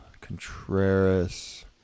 Contreras